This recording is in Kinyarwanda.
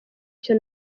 cyo